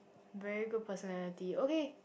very good personality okay